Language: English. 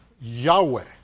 Yahweh